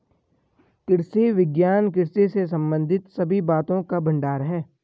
कृषि विज्ञान कृषि से संबंधित सभी बातों का भंडार है